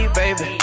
baby